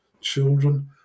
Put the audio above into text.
children